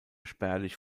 spärlich